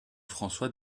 françois